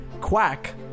Quack